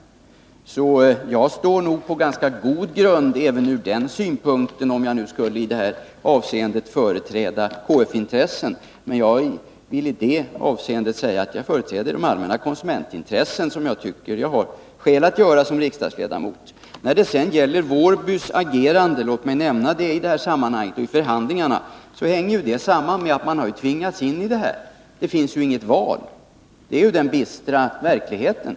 Jag står nog på ganska god grund även ur den synpunkten, om jag nu i detta avseende skulle företräda KF-intressen, men jag vill i detta sammanhang säga att jag företräder de allmänna konsumentintressen som jag anser att jag har skäl att göra som riksdagsledamot. När det sedan gäller Wårbys agerande vid förhandlingarna — låt mig nämna det i detta sammanhang — hänger detta samman med att man har tvingats in i det hela. Det finns ju inte något val — det är den bistra verkligheten.